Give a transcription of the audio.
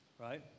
Right